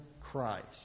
Christ